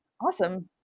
Awesome